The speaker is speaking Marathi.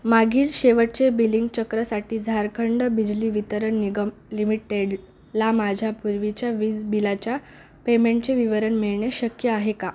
मागील शेवटचे बिलिंग चक्रसाठी झारखंड बिजली वितरण निगम लिमिटेड ला माझ्यापूर्वीच्या वीज बिलाच्या पेमेंटचे विवरण मिळणे शक्य आहे का